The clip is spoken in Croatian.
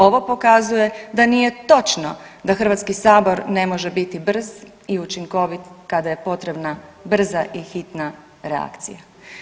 Ovo pokazuje da nije točno da Hrvatski sabor ne može biti brz i učinkovit kada je potrebna brza i hitna reakcija.